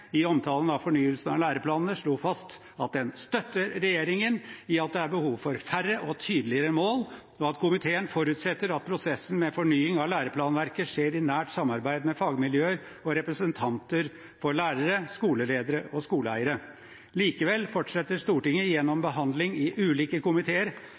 i omtalen av fornyelsen av læreplanene fast at den «støtter regjeringen i at det er behov for færre og tydeligere mål». Komiteen sa også at den «forutsetter at prosessen med fornying av læreplanverket skjer i nært samarbeid med fagmiljøer og representanter for lærere, skoleledere og skoleeiere». Likevel fortsetter Stortinget gjennom behandling i ulike komiteer